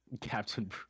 Captain